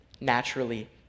naturally